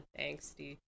angsty